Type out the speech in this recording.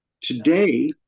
Today